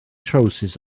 trowsus